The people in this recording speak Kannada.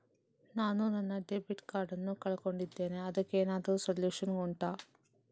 ನಾನು ನನ್ನ ಡೆಬಿಟ್ ಕಾರ್ಡ್ ನ್ನು ಕಳ್ಕೊಂಡಿದ್ದೇನೆ ಅದಕ್ಕೇನಾದ್ರೂ ಸೊಲ್ಯೂಷನ್ ಉಂಟಾ